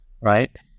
right